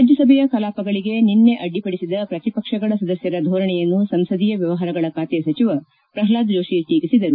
ರಾಜ್ಞಸಭೆಯ ಕಲಾಪಗಳಿಗೆ ನಿನ್ನೆ ಅಡ್ಡಿಪಡಿಸಿದ ಪ್ರತಿಪಕ್ಷಗಳ ಸದಸ್ನರ ಧೋರಣೆಯನ್ನು ಸಂಸದೀಯ ವ್ನವಹಾರಗಳ ಖಾತೆ ಸಚಿವ ಪ್ರಹ್ನಾದ್ ಜೋಷಿ ಟೀಕಿಸಿದರು